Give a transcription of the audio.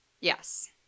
Yes